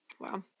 Wow